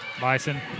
Bison